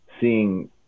seeing